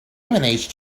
managed